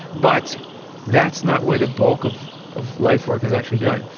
but that's not where the bulk of of life work is actually done.